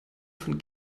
von